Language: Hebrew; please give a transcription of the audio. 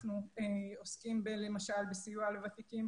אנחנו עוסקים למשל בסיוע לוותיקים,